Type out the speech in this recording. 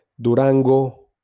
Durango